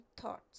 thoughts